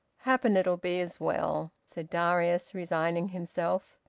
happen it'll be as well, said darius, resigning himself.